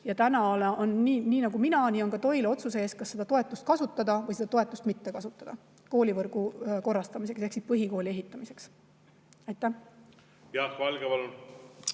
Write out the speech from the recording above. otsus. Nii nagu olen mina, nii on ka Toila otsuse ees, kas seda toetust kasutada või seda toetust mitte kasutada koolivõrgu korrastamiseks ehk põhikooli ehitamiseks. Jaak Valge,